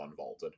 unvaulted